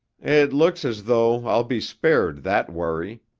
it looks as though i'll be spared that worry,